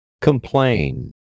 Complain